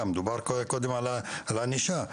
דובר קודם על הענישה,